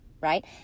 right